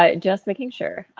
ah just making sure.